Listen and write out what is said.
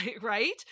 right